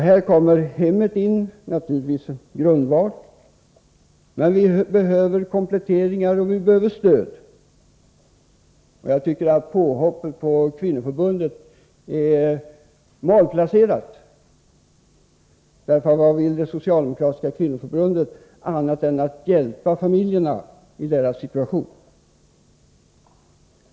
Här kommer hemmet in. Det är naturligtvis en grundval, men vi behöver en komplettering och vi behöver stöd. Jag tycker att Göte Jonssons påhopp på det socialdemokratiska kvinnoförbundet var malplacerat. Vad vill Kvinnoförbundet annat än att hjälpa familjerna i deras situation?